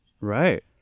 Right